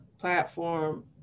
platform